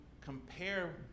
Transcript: compare